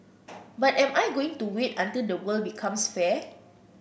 but am I going to wait until the world becomes fair